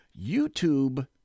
YouTube